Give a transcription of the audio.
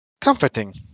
Comforting